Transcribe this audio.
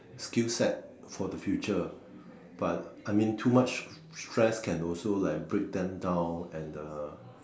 skillset for the future but I mean too much stress can also like break them down and the